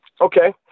Okay